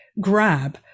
grab